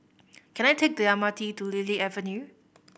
can I take the M R T to Lily Avenue